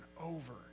over